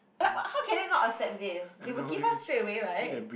wha~ how can they not accept this they will give us straight away [right]